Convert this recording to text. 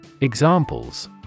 Examples